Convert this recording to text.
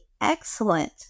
excellent